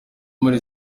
muri